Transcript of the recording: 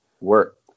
work